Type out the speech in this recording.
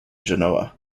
genoa